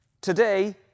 Today